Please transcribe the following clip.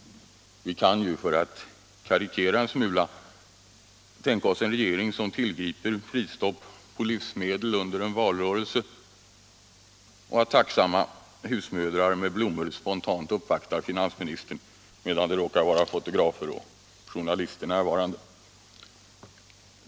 Vi kan ju för att karikera en smula tänka oss en regering som tillgriper prisstopp på livsmedel under en valrörelse och att tacksamma husmödrar med blommor spontant uppvaktar finansministern medan det råkar vara fotografer och journalister närvarande.